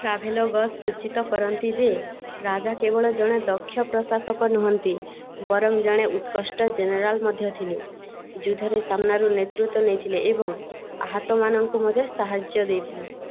travelogues ସୂଚିତ କରନ୍ତି ଯେ ରାଜା କେବଳ ଜଣେ ଦକ୍ଷ ପ୍ରଶାସକ ନୁହଁନ୍ତି ବରଂ ଜଣେ ଉତ୍କୃଷ୍ଟ ଜେନେରାଲ୍ ମଧ୍ୟ ଥିଲେ ଯୁଦ୍ଧରେ ସାମ୍ନାରୁ ନେତୃତ୍ୱ ନେଇଥିଲେ ଏବଂ ଆହତମାନଙ୍କୁ ମଧ୍ୟ ସାହାଯ୍ୟ ଦେଇଥିଲେ